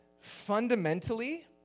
fundamentally